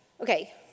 okay